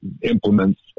implements